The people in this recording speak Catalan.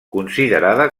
considerada